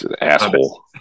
Asshole